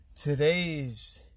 Today's